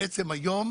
בעצם היום